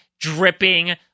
dripping